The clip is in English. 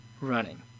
running